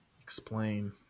explain